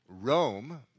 Rome